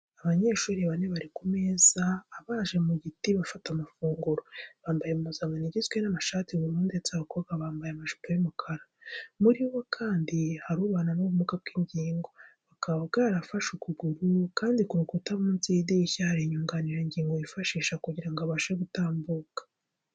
Abanyeshuri bane bari ku meza abaje mu giti bafata amafunguro, bambaye impuzankano igizwe n'amashati y'ubururu ndetse abakobwa bo bambaye amajipo y'umukara. Muri bo kandi hari ubana n'ubumuga bw'ingingo, bukaba bwarafashe akaguru kandi ku rukuta munsi y'idirishya hari inyunganirangingo yifashisha kugira ngo abashe gutambuka.